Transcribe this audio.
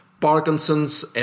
Parkinson's